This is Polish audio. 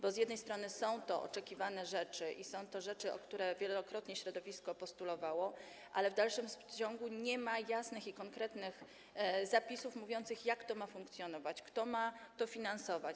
Bo z jednej strony są to oczekiwane rzeczy i są to rzeczy, o które wielokrotnie środowisko postulowało, ale w dalszym ciągu nie ma jasnych i konkretnych zapisów mówiących, jak to ma funkcjonować, kto ma to finansować.